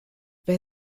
wer